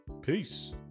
peace